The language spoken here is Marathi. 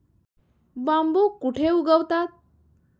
बांबू कुठे उगवतात?